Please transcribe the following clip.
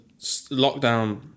lockdown